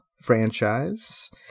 franchise